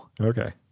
okay